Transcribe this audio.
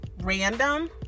random